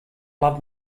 loved